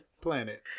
planet